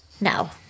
Now